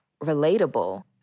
relatable